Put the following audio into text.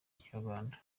ikinyarwanda